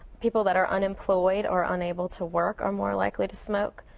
people that are unemployed or unable to work are more likely to smoke.